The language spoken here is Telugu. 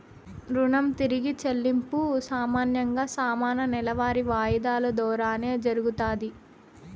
రుణం తిరిగి చెల్లింపు సామాన్యంగా సమాన నెలవారీ వాయిదాలు దోరానే జరగతాది